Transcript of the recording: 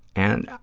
and